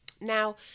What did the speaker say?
Now